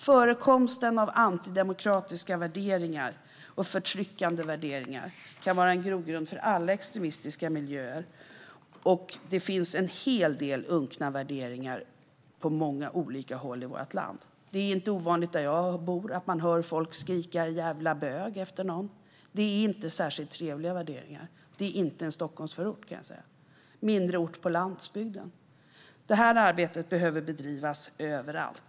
Förekomsten av antidemokratiska värderingar och förtryckande värderingar kan vara en grogrund för alla extremistiska miljöer, och det finns en hel del unkna värderingar på många olika håll i vårt land. Det är inte ovanligt, där jag bor, att man hör folk skrika "jävla bög" efter någon. Det är inte särskilt trevliga värderingar. Det är inte en Stockholmsförort, kan jag säga, utan en mindre ort på landsbygden. Det här arbetet behöver bedrivas överallt.